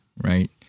right